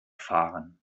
fahren